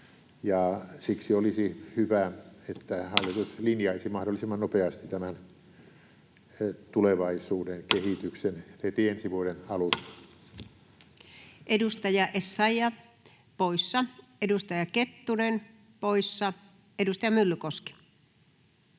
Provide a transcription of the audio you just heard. koputtaa] että hallitus linjaisi mahdollisimman nopeasti tämän tulevaisuuden kehityksen heti ensi vuoden alussa. Edustaja Essayah poissa, edustaja Kettunen poissa. — Edustaja Myllykoski.